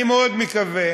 אני מאוד מקווה